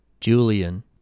Julian